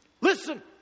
Listen